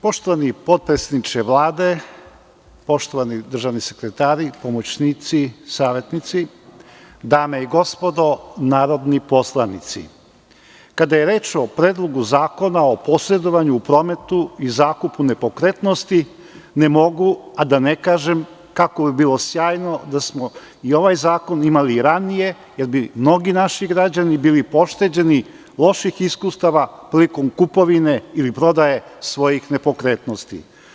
Poštovani potpredsedniče Vlade, poštovani državni sekretari, pomoćnici, savetnici, dame i gospodo narodni poslanici, kada je reč o Predlogu zakona o posredovanju u prometu i zakupu nepokretnosti, ne mogu a da ne kažem kako bi bilo sjajno da smo i ovaj zakon imali ranije, jer bi mnogi naši građani bili pošteđeni loših iskustava, prilikom kupovine ili prodaje svojih nepokretnosti.